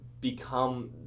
become